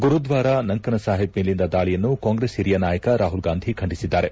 ಗುರುದ್ನಾರ ನಂಕನ ಸಾಹಿಬ್ ಮೇಲಿನ ದಾಳಿಯನ್ನು ಕಾಂಗ್ರೆಸ್ ಹಿರಿಯ ನಾಯಕ ರಾಹುಲ್ಗಾಂಧಿ ಖಂಡಿಸಿದ್ದಾರೆ